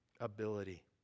ability